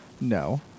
No